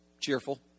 cheerful